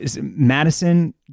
Madison